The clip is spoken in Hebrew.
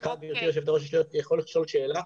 סליחה, גברתי יושבת הראש, אני יכול לשאול שאלה?